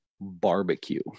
Barbecue